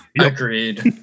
Agreed